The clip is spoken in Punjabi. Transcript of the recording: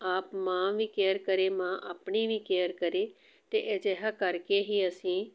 ਆਪ ਮਾਂ ਵੀ ਕੇਅਰ ਕਰੇ ਮਾਂ ਆਪਣੀ ਵੀ ਕੇਅਰ ਕਰੇ ਅਤੇ ਅਜਿਹਾ ਕਰਕੇ ਹੀ ਅਸੀਂ